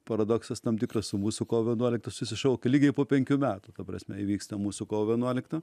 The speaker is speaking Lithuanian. paradoksas tam tikras su mūsų kovo vienuolikta susišaukia lygiai po penkių metų ta prasme įvyksta mūsų kovo vienuolikta